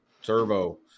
Servo